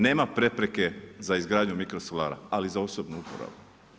Nema prepreke za izgradnju mikrosolara, ali za osobu uporabu.